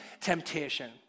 temptation